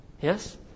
Yes